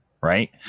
right